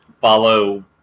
follow